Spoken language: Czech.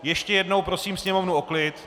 Ještě jednou prosím sněmovnu o klid!